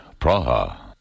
Praha